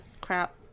crap